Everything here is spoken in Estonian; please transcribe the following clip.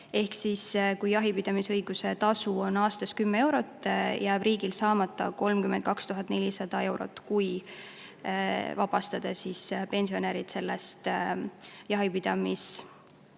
Ehk siis, kui jahipidamisõiguse tasu on aastas 10 eurot, jääb riigil saamata 32 400 eurot, kui vabastada pensionärid jahipidamisõiguse